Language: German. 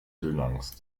höhenangst